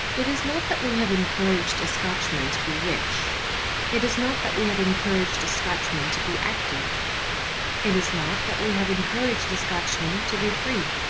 it is not that we have encouraged a scotchman to be rich it is not that we have encouraged a scotchman to be active it is not that we have encouraged a scotchman to be free.